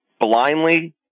Blindly